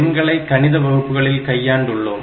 எண்களை கணித வகுப்புகளில் கையாண்டு உள்ளோம்